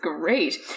great